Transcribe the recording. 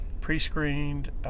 Pre-screened